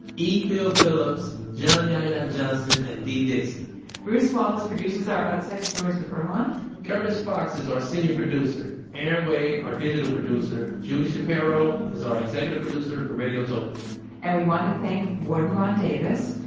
e. phil phillips, john yahya johnson, and dee dixon bruce wallace produces our outside stories with earlonne curtis fox is our senior producer, erin wade our digital producer julie shaprio is our executive producer for radiotopia and we wanna thank warden ron davis,